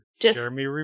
Jeremy